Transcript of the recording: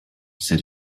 said